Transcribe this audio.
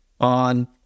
on